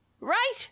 Right